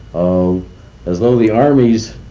ah as though the army's